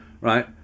right